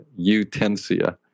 utensia